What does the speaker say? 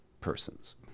persons